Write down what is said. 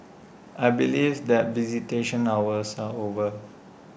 I believe that visitation hours are over